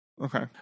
Okay